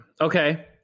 Okay